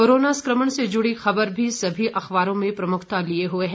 corona संकमण से जुड़ी खबर भी सभी अखबारों में प्रमुखता लिए हुए है